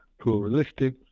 pluralistic